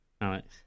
Alex